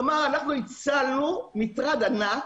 כלומר, אנחנו הצלנו מטרד ענק,